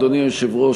אדוני היושב-ראש,